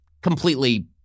completely